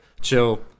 chill